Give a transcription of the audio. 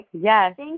Yes